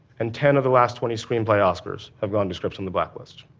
and ten of the last twenty screenplay oscars have gone to scripts from the black list.